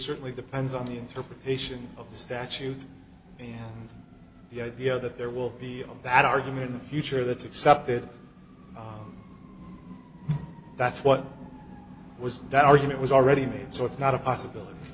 certainly depends on the interpretation of the statute and the idea that there will be a bad argument in the future that's accepted that's what was that argument was already made so it's not a possibility